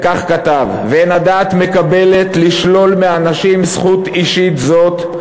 וכך כתב: "ואין הדעת מקבלת לשלול מהנשים זכות אישית זאת,